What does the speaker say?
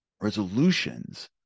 Resolutions